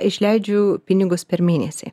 išleidžiu pinigus per mėnesį